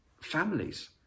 families